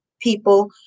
people